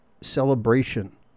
celebration